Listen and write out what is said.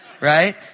right